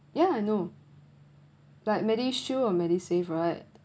ya I know but many issue of MediSave right